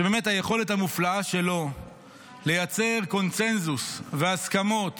באמת מופלאה היכולת שלו לייצר קונסנזוס והסכמות